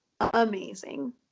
amazing